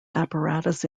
apparatus